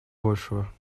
большего